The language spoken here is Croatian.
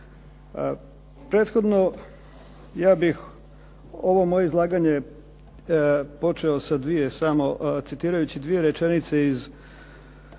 Prethodno, ja bih ovo moje izlaganje počeo sa dvije samo, citirajući dvije rečenice iz